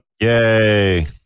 Yay